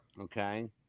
Okay